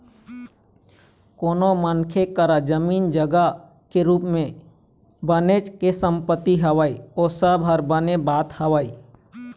कोनो मनखे करा जमीन जघा के रुप म बनेच के संपत्ति हवय ओ सब ह बने बात हवय